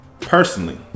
personally